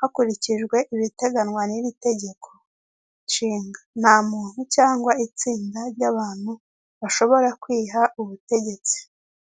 hakurikijwe ibiteganwa n'iri tegeko nshinga. Nta muntu cyangwa itsinda ry'abantu bashobora kwiha ubutegetsi.